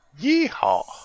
Yeehaw